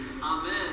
Amen